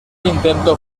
intento